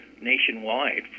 nationwide